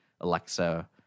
Alexa